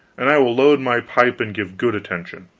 and i will load my pipe and give good attention.